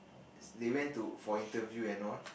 is they went to for interview and all